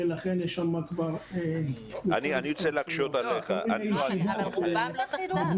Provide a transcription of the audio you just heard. ולכן יש שם כבר --- אבל רובם לא תחתיו.